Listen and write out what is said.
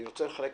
אני רוצה לחלק,